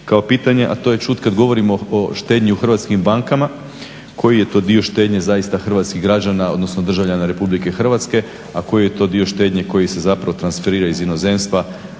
kao pitanje, a to je čut kad govorimo o štednji u hrvatskim bankama. Koji je to dio štednje zaista hrvatskih građana, odnosno državljana RH, a koji je to dio štednje koji se zapravo transferira iz inozemstva